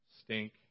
stink